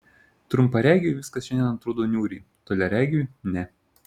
trumparegiui viskas šiandien atrodo niūriai toliaregiui ne